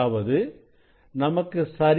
அதாவது நமக்கு சரியாக 1